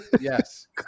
Yes